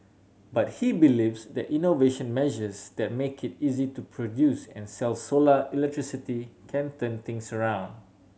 but he believes that innovation measures that make it easy to produce and sell solar electricity can turn things around